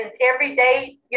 everyday